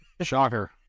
Shocker